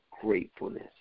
gratefulness